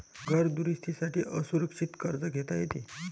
घर दुरुस्ती साठी असुरक्षित कर्ज घेता येते